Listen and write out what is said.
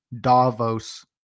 Davos